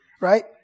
right